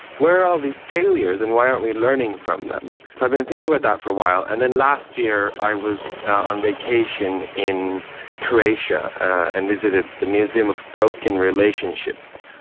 where are all these failures and why aren't we learning from them? so i've been thinking about that for a while. and then last year i was on vacation in croatia and visited the museum of broken relationships.